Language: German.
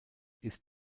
ist